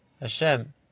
Hashem